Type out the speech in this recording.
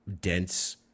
dense